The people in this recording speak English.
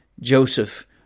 Joseph